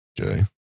Okay